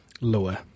Lower